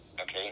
Okay